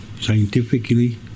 scientifically